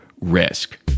risk